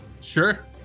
Sure